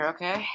Okay